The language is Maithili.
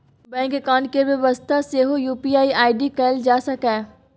बैंक अकाउंट केर बेबस्था सेहो यु.पी.आइ आइ.डी कएल जा सकैए